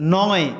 নয়